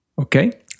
Okay